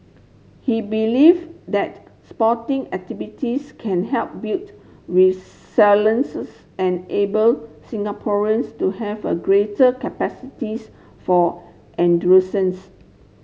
he believe that sporting activities can help built and able Singaporeans to have a greater capacities for endurance